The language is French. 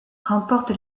remporte